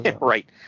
Right